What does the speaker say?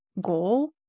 goal